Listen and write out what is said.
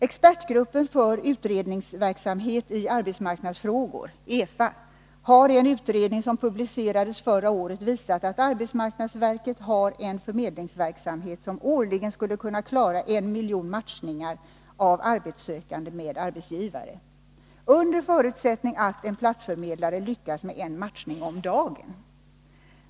Expertgruppen för utredningsverksamhet i arbetsmarknadsfrågor, EFA, harien utredning som publicerades förra året visat att arbetsmarknadsverket har en förmedlingsverksamhet, som skulle kunna klara en miljon matchningar mellan arbetssökande och arbetsgivare om året under förutsättning att en platsförmedlare lyckas med en matchning om dagen.